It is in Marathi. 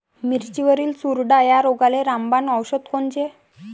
मिरचीवरील चुरडा या रोगाले रामबाण औषध कोनचे?